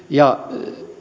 ja